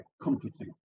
comforting